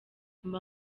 mba